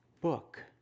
book